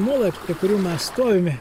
molai prie kurių mes stovime